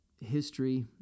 history